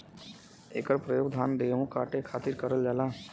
इकर परयोग धान गेहू काटे खातिर करल जाला